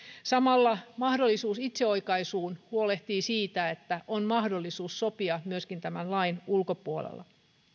samalla mahdollisuus itseoikaisuun huolehtii siitä että on mahdollisuus sopia myöskin tämän lain ulkopuolella